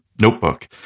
notebook